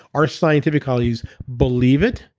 our scientific colleagues believe it,